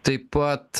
taip pat